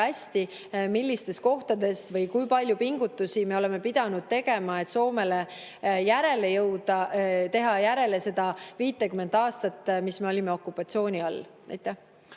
hästi, millistes kohtades või kui palju pingutusi me oleme pidanud tegema, et Soomele järele jõuda, et teha järele seda 50 aastat, mis me olime okupatsiooni all. Aitäh!